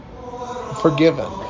forgiven